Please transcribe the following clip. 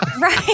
Right